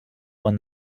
when